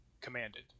commanded